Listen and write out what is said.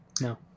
No